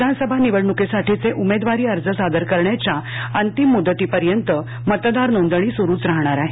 विधानसभा निवडणुकीसाठीचे उमेदवारी अर्ज सादर करण्याच्या अंतिम मुदतीपर्यंत मतदार नोंदणी सुरूच राहणार आहे